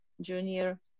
junior